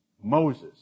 Moses